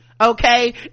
Okay